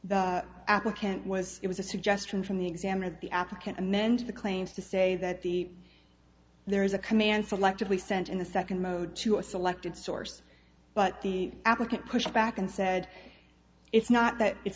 the applicant was it was a suggestion from the examiner that the applicant amended the claims to say that the there is a command selectively sent in the second mode to a selected source but the applicant pushed back and said it's not that it's